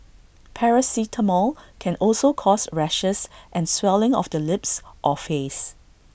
paracetamol can also cause rashes and swelling of the lips or face